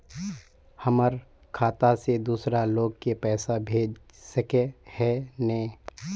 हमर खाता से दूसरा लोग के पैसा भेज सके है ने?